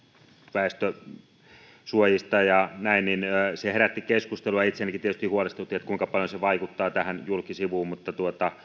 väestönsuojista ja näin se herätti keskustelua itseänikin tietysti huolestutti kuinka paljon se vaikuttaa tähän julkisivuun mutta